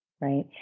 right